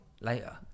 later